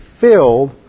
filled